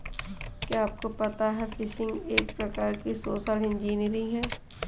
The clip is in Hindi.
क्या आपको पता है फ़िशिंग एक प्रकार की सोशल इंजीनियरिंग है?